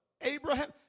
Abraham